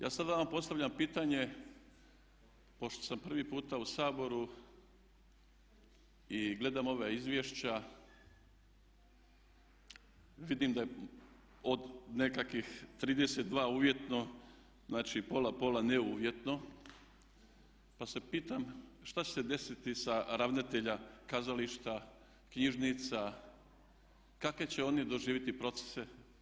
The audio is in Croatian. Ja sad vama postavljam pitanje pošto sam prvi puta u Saboru i gledam ova izvješća, vidim da je od nekakvih 32 uvjetno, znači pola pola neuvjetno, pa se pitam šta će se desiti sa ravnatelja kazališta, knjižnica, kakve će oni doživjeti procese.